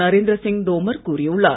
நரேந்திர சிங் தோமர் கூறியுள்ளார்